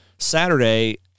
Saturday